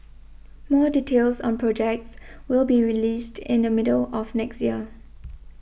more details on projects will be released in the middle of next year